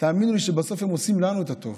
תאמינו לי שבסוף הם עושים לנו את הטוב.